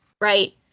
Right